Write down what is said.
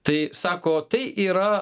tai sako tai yra